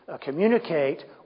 communicate